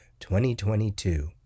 2022